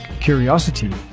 curiosity